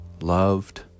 loved